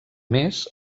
més